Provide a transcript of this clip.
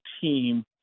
team